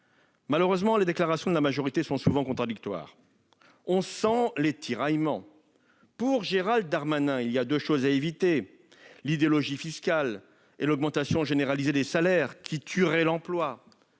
Malheureusement, les déclarations de la majorité sont souvent contradictoires. On sent les tiraillements ! Pour Gérald Darmanin, il y a deux choses à éviter : l'idéologie fiscale et l'augmentation généralisée des salaires, qui tuerait l'emploi.